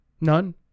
None